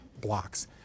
blocks